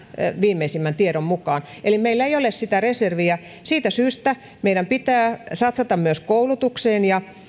viimeisimmän tiedon mukaan eli meillä ei ole sitä reserviä siitä syystä meidän pitää satsata myös koulutukseen